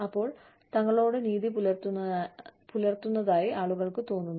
അപ്പോൾ തങ്ങളോട് നീതി പുലർത്തുന്നതായി ആളുകൾക്ക് തോന്നുന്നു